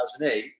2008